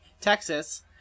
Texas